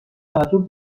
تعجب